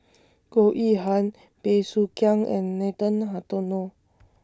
Goh Yihan Bey Soo Khiang and Nathan Hartono